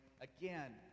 Again